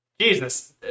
Jesus